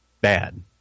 bad